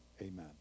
Amen